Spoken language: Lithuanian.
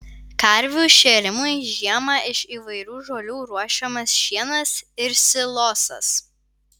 karvių šėrimui žiemą iš įvairių žolių ruošiamas šienas ir silosas